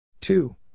Two